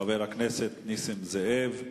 חבר הכנסת נסים זאב.